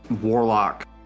warlock